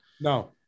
No